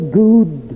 good